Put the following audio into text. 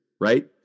right